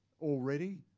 already